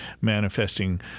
manifesting